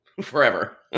forever